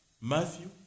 Matthew